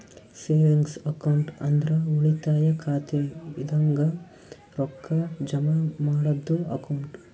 savings account ಅಂದ್ರ ಉಳಿತಾಯ ಖಾತೆ ಇದಂಗ ರೊಕ್ಕಾ ಜಮಾ ಮಾಡದ್ದು ಅಕೌಂಟ್